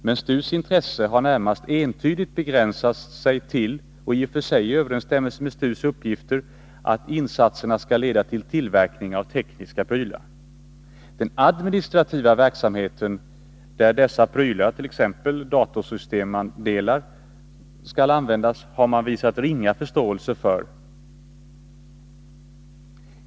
Men STU:s intresse har —i och för sig i överensstämmelse med STU:s uppgift — närmast entydigt begränsats till att insaterna skall leda till ”tillverkning av tekniska prylar”. Den administrativa verksamhet där dessa prylar, t.ex. datorsystemdelar, skall användas har man visat ringa förståelse för.